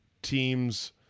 teams